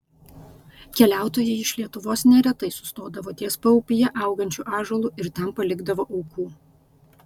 keliautojai iš lietuvos neretai sustodavo ties paupyje augančiu ąžuolu ir ten palikdavo aukų